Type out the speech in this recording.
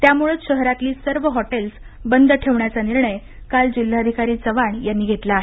त्यामुळंच शहरातली सर्व हॉटेल्स बंद ठेवण्याचा निर्णय काल जिल्हाधिकारी चव्हाण यांनी घेतला आहे